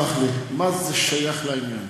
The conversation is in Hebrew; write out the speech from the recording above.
תסלח לי, מה זה שייך לעניין?